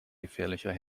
gefährlicher